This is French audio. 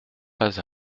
pas